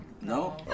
No